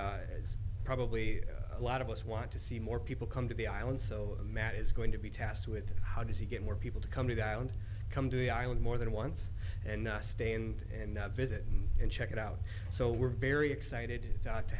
is probably a lot of us want to see more people come to the island so matt is going to be tasked with how does he get more people to come to that island come to the island more than once and stay in and visit and check it out so we're very excited to